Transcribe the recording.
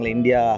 India